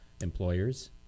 employers